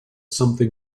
something